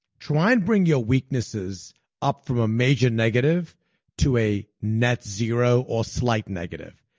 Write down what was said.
try and bring your weaknesses up from a major negative to a net-zero or slight negative.